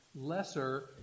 lesser